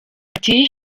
ati